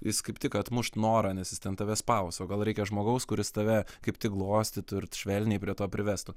jis kaip tik atmušt norą nes jis ten tave spaus o gal reikia žmogaus kuris tave kaip tik glostytų ir švelniai prie to privestų